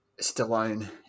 Stallone